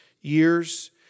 years